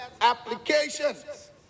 applications